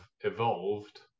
evolved